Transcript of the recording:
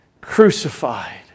crucified